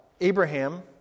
Abraham